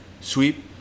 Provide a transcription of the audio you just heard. sweep